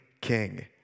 King